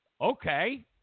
okay